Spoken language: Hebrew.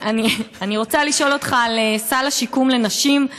אני רוצה לשאול אותך על סל השיקום לנשים.